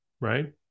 right